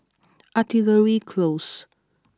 Artillery Close